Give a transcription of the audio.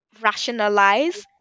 rationalize